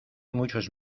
muchos